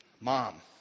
mom